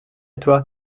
toi